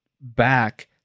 back